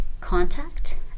contact